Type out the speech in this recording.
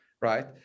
right